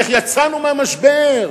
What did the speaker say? איך יצאנו מהמשבר,